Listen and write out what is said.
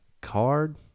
Card